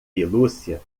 pelúcia